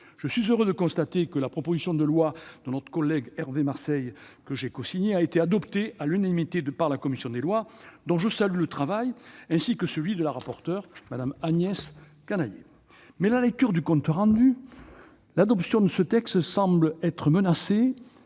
Je suis heureux de constater que la proposition de loi de notre collègue Hervé Marseille, que j'ai cosignée, a été adoptée à l'unanimité par la commission des lois, dont je salue le travail, ainsi que celui de la rapporteure, Agnès Canayer. Toutefois, à la lecture du compte rendu des travaux de la commission,